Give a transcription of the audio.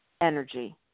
energy